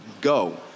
Go